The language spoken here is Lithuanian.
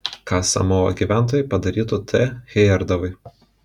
ką samoa gyventojai padarytų t hejerdalui